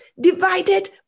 divided